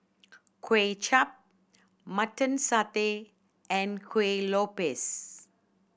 Kway Chap Mutton Satay and Kuih Lopes